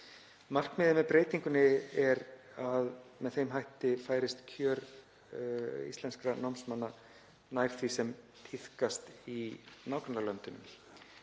Markmiðið með breytingunni er að með þeim hætti færist kjör íslenskra námsmanna nær því sem tíðkast í nágrannalöndunum,